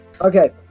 Okay